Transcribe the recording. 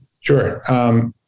Sure